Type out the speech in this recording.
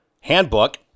handbook